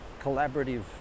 collaborative